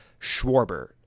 Schwarber